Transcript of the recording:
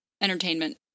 entertainment